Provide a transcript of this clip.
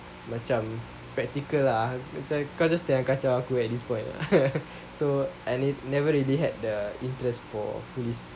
macam practical lah macam kau just kacau aku kan at this point ah so I never really had the interest for police